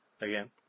again